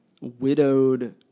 widowed